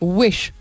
wish